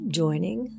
joining